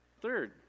Third